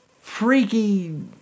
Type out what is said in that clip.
freaky